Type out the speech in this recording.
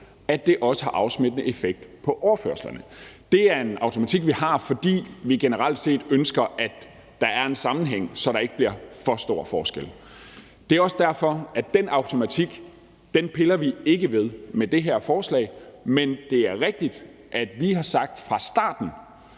at det også har afsmittende effekt på overførslerne. Det er en automatik, vi har, fordi vi generelt set ønsker, at der er en sammenhæng, så er der ikke bliver for stor forskel. Det er også derfor, at den automatik piller vi ikke ved med det her forslag. Men det er rigtigt, at vi fra starten